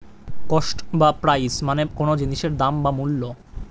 cost বা price মানে কোনো জিনিসের দাম বা মূল্য